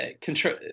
control